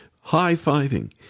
high-fiving